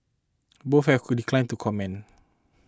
both have declined to comment